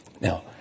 Now